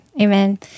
Amen